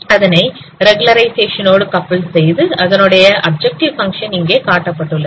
அதனை ரெகுலருஷயேசன் ஓடு சேர்த்து அதனுடைய அப்ஜெக்டிவ் பங்க்ஷன் இங்கே காட்டப்பட்டுள்ளது